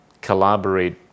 collaborate